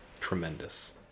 Tremendous